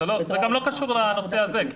זה גם לא קשור לנושא הזה.